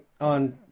on